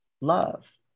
love